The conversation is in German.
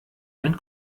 ein